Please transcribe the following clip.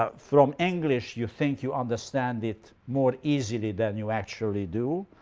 ah from english you think you understand it more easily than you actually do,